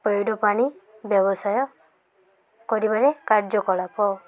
ପଇଡ଼ ପାଣି ବ୍ୟବସାୟ କରିବାରେ କାର୍ଯ୍ୟକଳାପ